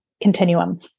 continuum